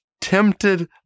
tempted